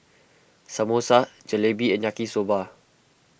Samosa Jalebi and Yaki Soba